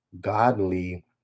godly